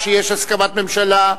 כשיש הסכמת ממשלה,